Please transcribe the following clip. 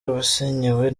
abasenyewe